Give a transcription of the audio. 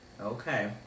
Okay